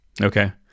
Okay